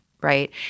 right